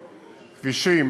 כבישים,